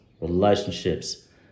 relationships